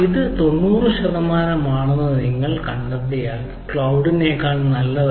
ഇത് 90 ശതമാനമാണെങ്കിൽ നിങ്ങൾ 90 ശതമാനം കണ്ടാൽ ഈ ക്ളൌഡ് നെക്കാൾ നല്ലത്